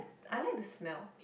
I like the smell